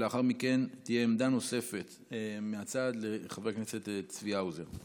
ולאחר מכן תהיה עמדה נוספת מהצד לחבר הכנסת צבי האוזר.